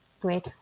great